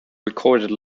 recorded